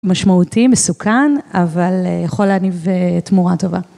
משמעותי, מסוכן, אבל יכול להניב תמורה טובה.